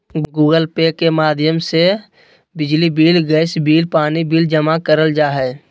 Google Pay के माध्यम से बिजली बिल, गैस बिल, पानी बिल जमा करल जा हय